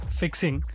fixing